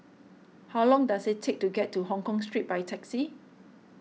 how long does it take to get to Hongkong Street by taxi